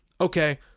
Okay